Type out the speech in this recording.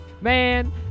Man